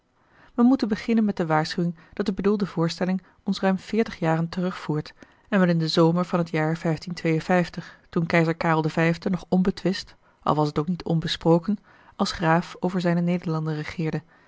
wij moeten beginnen met de waarschuwing dat de bedoelde voorstelling ons ruim veertig jaren terugvoert en wel in den zomer van t jaar toen keizer karel v nog onbetwist al was t ook niet onbesproken als graaf over zijne nederlanden regeerde